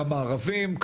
כמה ערבים,